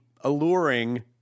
alluring